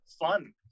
fun